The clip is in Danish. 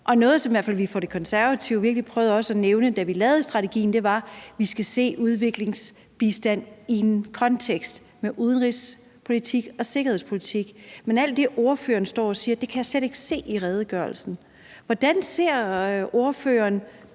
hvert fald vi Konservative prøvede at nævne, da vi var med til at lave strategien, var, at man skal se udviklingsbistand i en kontekst med udenrigspolitik og sikkerhedspolitik. Men alt det, ordføreren står og taler om, kan jeg slet ikke se i redegørelsen. Hvordan ser ordføreren